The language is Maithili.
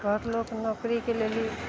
बहुत लोक नौकरीके लेल भी